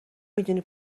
میدونی